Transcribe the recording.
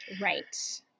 Right